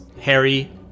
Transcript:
Harry